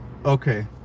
okay